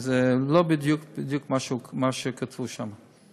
שזה לא בדיוק בדיוק מה שכתבו שם.